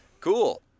Cool